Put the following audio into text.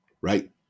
right